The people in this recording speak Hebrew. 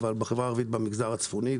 בעיקר במגזר הצפוני,